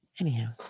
Anyhow